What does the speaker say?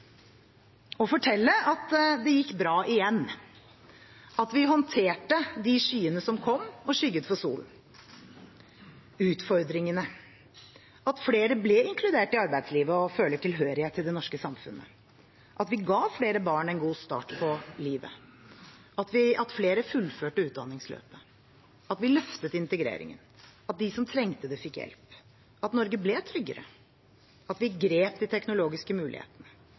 fortelle at det gikk bra igjen, at vi håndterte de skyene som kom og skygget for solen – utfordringene, at flere ble inkludert i arbeidslivet og føler tilhørighet til det norske samfunnet, at vi ga flere barn en god start på livet, at flere fullførte utdanningsløpet, at vi løftet integreringen, at de som trengte det, fikk hjelp, at Norge ble tryggere, at vi grep de teknologiske mulighetene,